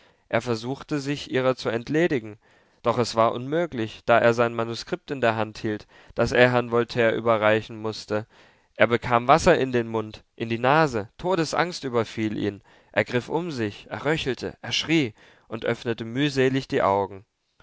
er versuchte sich ihrer zu entledigen doch es war unmöglich da er sein manuskript in der hand hielt das er herrn voltaire überreichen mußte er bekam wasser in den mund in die nase todesangst überfiel ihn er griff um sich er röchelte er schrie und öffnete mühselig die augen